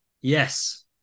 Yes